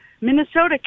Minnesota